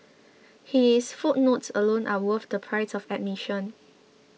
his footnotes alone are worth the price of admission